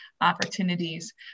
opportunities